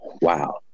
wow